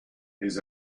his